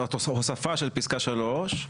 הוספה של פסקה (3),